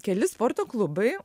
keli sporto klubai